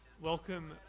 welcome